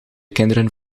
kinderen